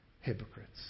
hypocrites